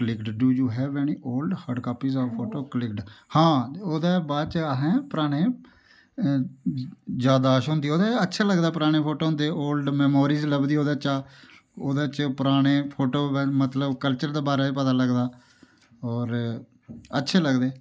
linked do you have all copies of photo clicked हां ओह्दे बाद च आसे पराने जादाशत होंदी अच्छा लगदा पराने फोटो होंदे ओह् ओलड मैमोरिस लभदी ओह्दे बिच्च ओह्दे बिच्च पराने फोटो मतलब कलचर दै बारे च पता लगदा होर अच्छे लगदे